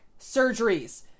surgeries